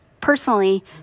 personally